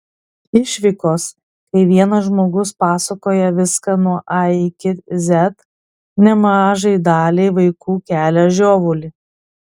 išvykos kai vienas žmogus pasakoja viską nuo a iki z nemažai daliai vaikų kelia žiovulį